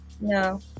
no